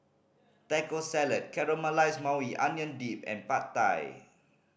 Taco Salad Caramelized Maui Onion Dip and Pad Thai